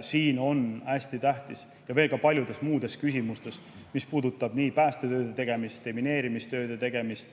See on hästi tähtis. Ja veel ka paljudes muudes küsimustes, mis puudutab nii päästetööde tegemist, demineerimistööde tegemist